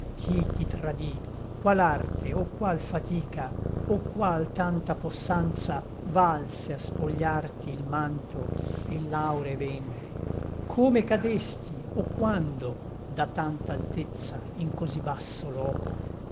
chi ti tradì qual arte o qual fatica o qual tanta possanza valse a spogliarti il manto e l'auree bende come cadesti o quando da tanta altezza in così basso loco